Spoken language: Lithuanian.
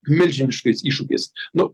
milžiniškais iššūkiais nu